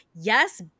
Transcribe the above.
Yes